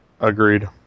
Agreed